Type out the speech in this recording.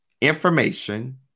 information